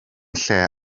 lle